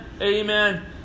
Amen